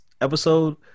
episode